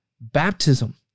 Baptism